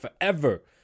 forever